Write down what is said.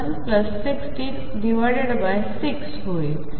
आणि ते 14491166 होईल